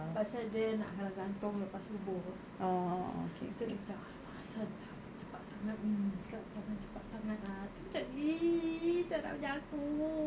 pasal dia nak kena gantung lepas subuh apa so dia macam !alamak! asal cepat sangat ni dia cakap jangan cepat sangat lah tu macam !ee! seramnya aku